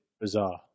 bizarre